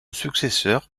successeur